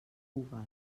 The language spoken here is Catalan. google